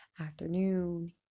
afternoon